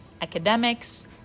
academics